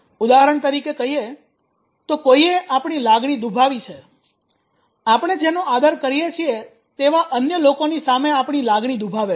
ઉદાહરણ તરીકે કહીએ તો કોઈએ આપણી લાગણી દુભાવી છે આપણે જેનો આદર કરીએ છીએ તેવા અન્ય લોકોની સામે આપણી લાગણી દુભાવે છે